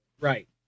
Right